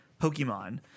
Pokemon